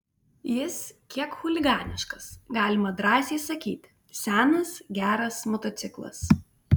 jis kiek chuliganiškas galima drąsiai sakyti senas geras motociklas